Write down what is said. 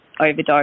overdose